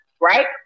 right